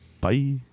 Bye